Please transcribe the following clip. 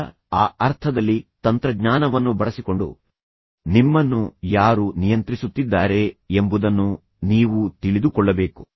ಈಗ ಆ ಅರ್ಥದಲ್ಲಿ ತಂತ್ರಜ್ಞಾನವನ್ನು ಬಳಸಿಕೊಂಡು ನಿಮ್ಮನ್ನು ಯಾರು ನಿಯಂತ್ರಿಸುತ್ತಿದ್ದಾರೆ ಎಂಬುದನ್ನು ನೀವು ತಿಳಿದುಕೊಳ್ಳಬೇಕು